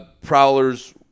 Prowlers